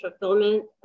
fulfillment